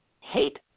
hate